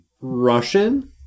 Russian